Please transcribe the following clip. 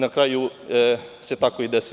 Na kraju se tako i desilo.